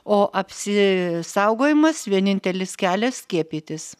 o apsisaugojimas vienintelis kelias skiepytis